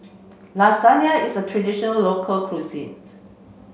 Lasagne is a tradition local cuisine